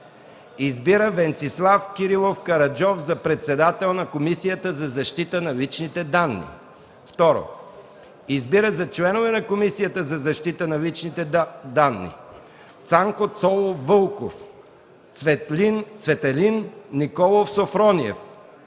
Избира Венцислав Кирилов Караджов за председател на Комисията за защита на личните данни. 2. Избира за членове на Комисията за защита на личните данни: Цанко Цолов Вълков Цветелин Николов Софрониев